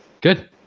Good